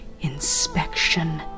inspection